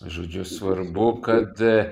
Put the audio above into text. žodžiu svarbu kad